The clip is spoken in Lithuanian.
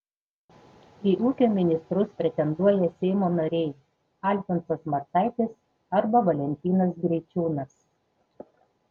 į ūkio ministrus pretenduoja seimo nariai alfonsas macaitis arba valentinas greičiūnas